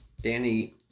Danny